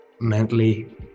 mentally